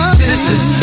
Sisters